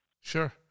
sure